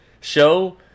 show